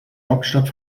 hauptstadt